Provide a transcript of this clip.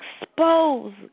expose